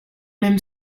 même